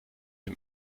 dem